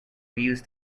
used